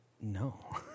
no